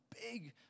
big